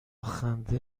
خنده